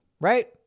right